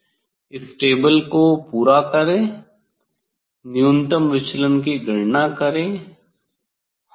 इस तालिका को पूरा करें न्यूनतम विचलन की गणना करें हाँ